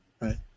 right